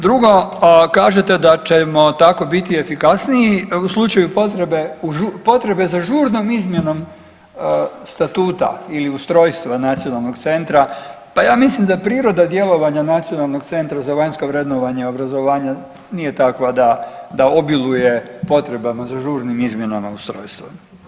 Drugo, kažete da ćemo tako biti efikasniji u slučaju potrebe za žurnom izmjenom statuta ili ustrojstva nacionalnog centra, pa ja mislim da priroda djelovanja Nacionalnog centra za vanjsko vrednovanje i obrazovanje nije takva da, da obiluje potrebama za žurnim izmjenama ustrojstva.